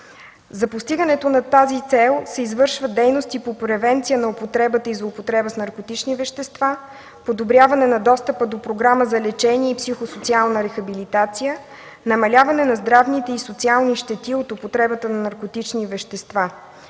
За постигането на тази цел се извършват дейности по превенция на употребата и злоупотребата с наркотични вещества, подобряване на достъпа до програма за лечение и психо-социална рехабилитация, намаляване на здравните и социални щети от употребата на наркотични вещества,